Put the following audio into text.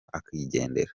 akigendera